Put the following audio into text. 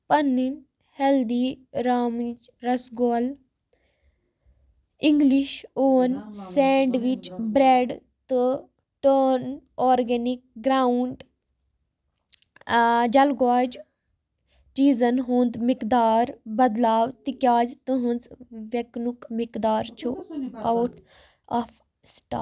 پَنٕنۍ ہٮ۪لدی رامٕچ رسگولہٕ اِنٛگلِش اوٚوَن سینٛڈوِچ برٛٮ۪ڈ تہٕ ٹٲرن آرگٮ۪نِک گرٛاوُنٛٹ جلہٕ گوجہٕ چیٖزَن ہُنٛد مقدار بدلاو تِکیٛازِ تٕہٕنٛز وٮ۪کنُک مقدار چھُ آوُٹ آف سِٹا